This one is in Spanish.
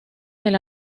del